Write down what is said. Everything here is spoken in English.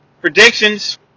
Predictions